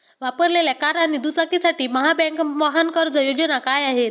वापरलेल्या कार आणि दुचाकीसाठी महाबँक वाहन कर्ज योजना काय आहे?